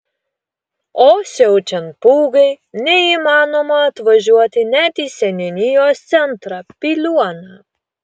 o siaučiant pūgai neįmanoma atvažiuoti net į seniūnijos centrą piliuoną